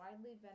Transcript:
widely